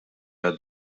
għad